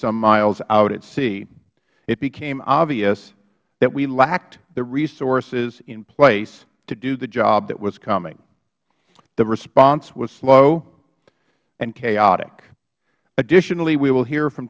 some miles out at sea it became obvious that we lacked the resources in place to do the job that was coming the response was slow and chaotic additionally we will hear from